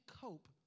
cope